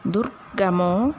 Durgamo